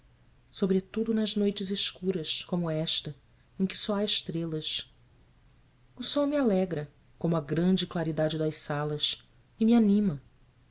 sobretudo nas noites escuras como esta em que só há estrelas o sol me alegra como a grande claridade das salas e me anima